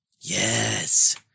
yes